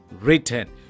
written